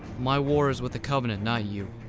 my war is with the covenant, not you.